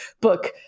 book